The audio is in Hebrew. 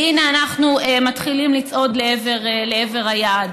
והינה אנחנו מתחילים לצעוד לעבר היעד.